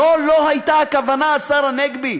זו לא הייתה הכוונה, השר הנגבי,